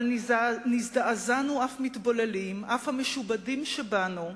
אבל נזדעזענו אף מתבוללים, אף המשומדים שבנו,